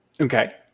Okay